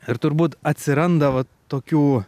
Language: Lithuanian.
ir turbūt atsiranda va tokių